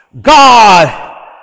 God